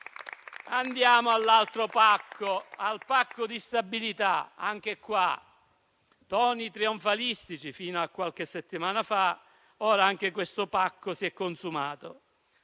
Andiamo all'altro pacco, al pacco di stabilità. Anche qui, toni trionfalistici fino a qualche settimana fa, ma ora anche questo pacco si è consumato.